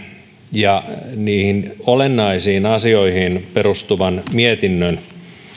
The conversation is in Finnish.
ja niihin olennaisiin asioihin perustuvan mietinnön